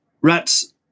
rats